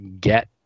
get